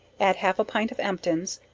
add half a pint of emptins,